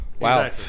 wow